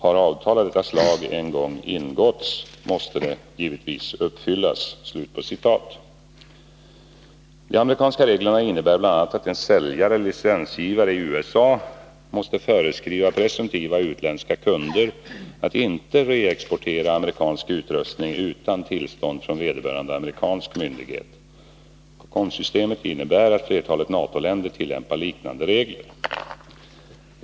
Har avtal av detta slag en gång ingåtts måste det givetvis uppfyllas.” De amerikanska reglerna innebär bl.a. att en säljare eller licensgivare i USA måste föreskriva presumtiva utländska kunder att inte reexportera amerikansk utrustning utan tillstånd från vederbörande amerikansk myndighet. COCOM-systemet innebär att flertalet NATO-länder tillämpar liknande regler.